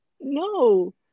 no